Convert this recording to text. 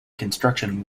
construction